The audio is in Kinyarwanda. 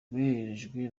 boherejwe